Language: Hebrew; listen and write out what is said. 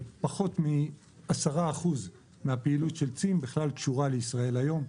פחות מ-10% מהפעילות של צים קשורה לישראל היום.